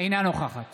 אינה נוכחת